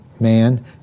man